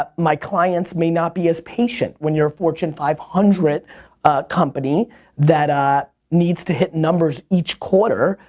but my clients may not be as patient when your fortune five hundred company that ah needs to hit numbers each quarter,